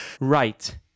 Right